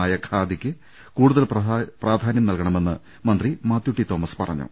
മായ ഖാദിക്ക് കൂടുതൽ പ്രാധാന്യം നൽകണമെന്ന് മന്ത്രി മാത്യു ടി തോമസ് പറഞ്ഞു